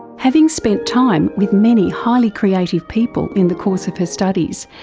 having spent time with many highly creative people in the course of her studies,